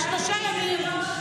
כי שלושה ימים,